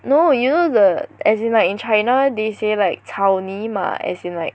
no you know the as in like in China they say like 草泥马 as in like